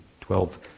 twelve